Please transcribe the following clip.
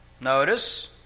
notice